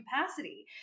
capacity